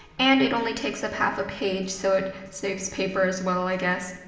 and it only takes up half a page so it saves paper as well i guess.